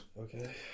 Okay